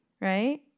right